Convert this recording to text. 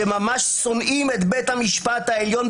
שממש שונאים את בית המשפט העליון,